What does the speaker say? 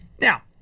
Now